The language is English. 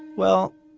well,